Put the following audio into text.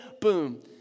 boom